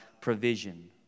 provision